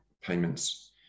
payments